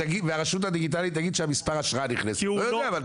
זה שכל משרד נוח לו היום --- למה הוא פיקטיבי?